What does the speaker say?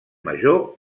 major